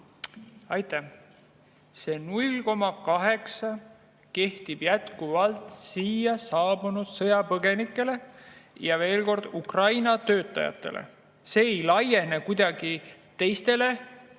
Aitäh! See 0,8 kehtib siia saabunud sõjapõgenikele ja Ukraina töötajatele. See ei laiene kuidagi teistest